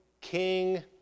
king